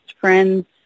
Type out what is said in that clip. friends